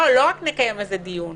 לא רק נקיים על זה הדיון,